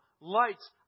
lights